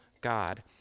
God